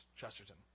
Chesterton